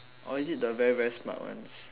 or is it the very very smart ones